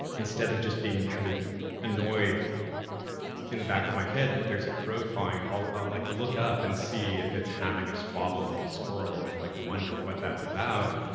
instead of just being kind of annoyed in the back of my head that there's a crow cawing, i'll ah like look up and see if it's having a squabble with a squirrel, and like wonder what that's about.